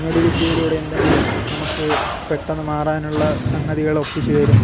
ഞൊടി വിദ്യയിലൂടെ എന്തെങ്കിലും നമുക്ക് പെട്ടന്ന് മാറാനുള്ള സംഗതികളൊപ്പിച്ച് തരും